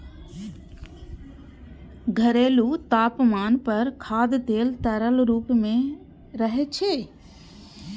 घरेलू तापमान पर खाद्य तेल तरल रूप मे रहै छै